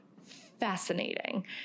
fascinating